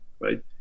right